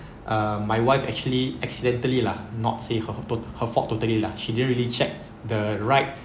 uh my wife actually accidentally lah not say her her fault totally lah she didn't really check the right